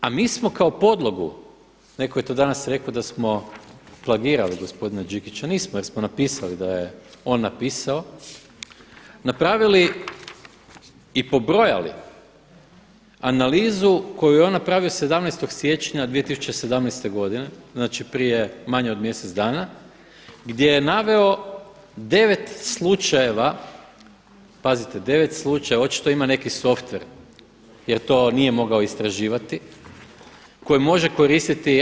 A mi smo kao podlogu, neko je to danas rekao da smo plagirali gospodina Đikića, nismo jer smo napisali da je on napisao, napravili i pobrojali analizu koju je on napravo 17. siječnja 2017. godine znači prije manje od mjesec dana gdje je naveo 9 slučajeva, pazite 9 slučajeva, očito ima neki softver jer to nije mogao istraživati koji može koristiti.